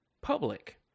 public